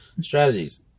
strategies